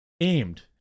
aimed